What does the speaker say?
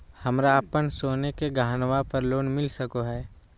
हमरा अप्पन सोने के गहनबा पर लोन मिल सको हइ?